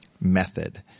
method